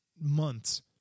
months